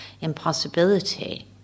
impossibility